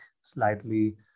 slightly